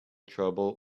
trouble